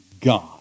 God